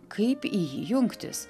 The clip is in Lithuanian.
kaip į jį jungtis